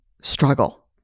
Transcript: struggle